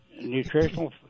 Nutritional